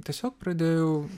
tiesiog pradėjau